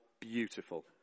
beautiful